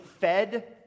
fed